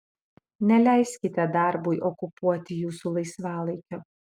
neleiskite darbui okupuoti jūsų laisvalaikio